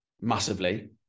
massively